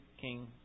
King